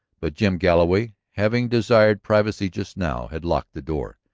but jim galloway, having desired privacy just now, had locked the door.